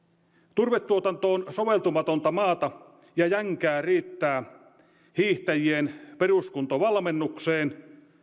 turvetuotantoon soveltumatonta maata ja jänkää riittää hiihtäjien peruskuntovalmennukseen